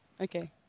Okay